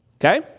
Okay